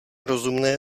rozumné